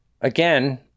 again